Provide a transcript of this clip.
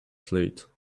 slate